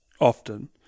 often